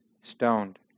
stoned